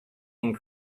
and